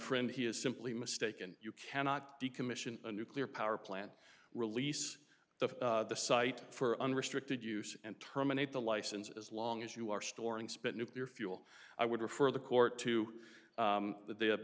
friend he is simply mistaken you cannot be commission a nuclear power plant release the site for unrestricted use and terminate the license as long as you are storing spent nuclear fuel i would refer the court to